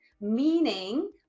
meaning